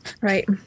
right